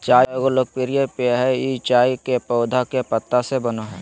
चाय एगो लोकप्रिय पेय हइ ई चाय के पौधा के पत्ता से बनो हइ